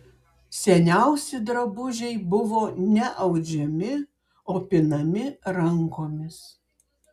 seniausi drabužiai buvo ne audžiami o pinami rankomis